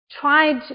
tried